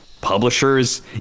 publishers